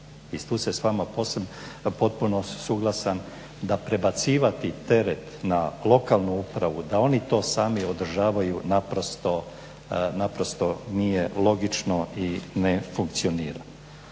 I tu se s vama potpuno suglasan da prebacivati teret na lokalnu upravu da oni to sami održavaju naprosto nije logično i ne funkcionira.